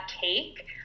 cake